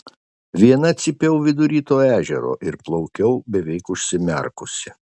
viena cypiau vidury to ežero ir plaukiau beveik užsimerkusi